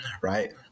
right